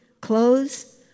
clothes